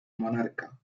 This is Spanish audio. monarca